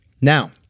Now